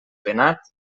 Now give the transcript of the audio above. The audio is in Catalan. penat